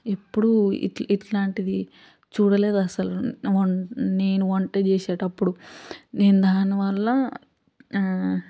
ఎప్పుడూ ఇట్లా ఇట్లాంటిది చూడలేదు అసలు నేను వంట చేసేటప్పుడు నేను దానివల్ల